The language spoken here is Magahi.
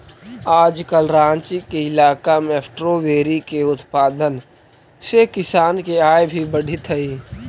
आजकल राँची के इलाका में स्ट्राबेरी के उत्पादन से किसान के आय भी बढ़ित हइ